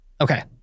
Okay